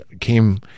came